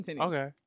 okay